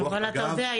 אבל אתה יודע,